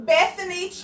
Bethany